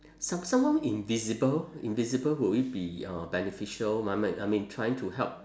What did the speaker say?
some~ someone invisible invisible will it be uh beneficial I mean trying to help